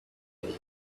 day